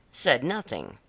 said nothing.